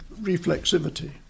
reflexivity